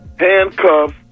handcuffs